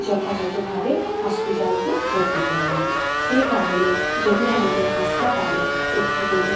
যথাযথভাবে হসপিটালেতে ভর্তি করলাম সেই কারণে যদি আমাদের হাসপাতালে একটু যদি